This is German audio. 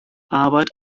arbeit